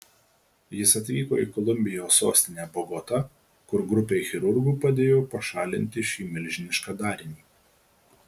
jis atvyko į kolumbijos sostinę bogotą kur grupei chirurgų padėjo pašalinti šį milžinišką darinį